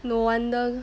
no wonder